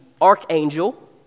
archangel